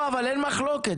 אין מחלוקת.